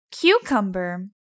Cucumber